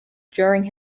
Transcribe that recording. during